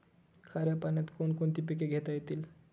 खाऱ्या पाण्यात कोण कोणती पिके घेता येतील?